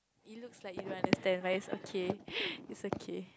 it looks like you understand but it's okay its okay